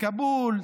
כאבול,